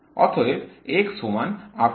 অতএব x সমান আপনার